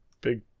big